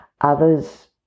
Others